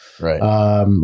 Right